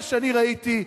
מה שאני ראיתי,